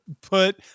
Put